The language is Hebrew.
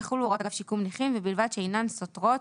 יחולו הוראות אגף שיקום נכים ובלבד שאינן סותרות